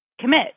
commit